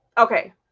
Okay